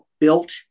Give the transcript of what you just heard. built